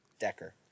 Decker